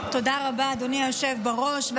תודה רבה, אדוני היושב בראש.